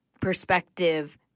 perspective